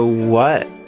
ah what?